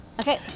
okay